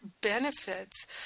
benefits